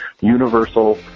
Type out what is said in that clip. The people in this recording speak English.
universal